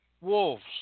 wolves